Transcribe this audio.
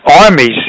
armies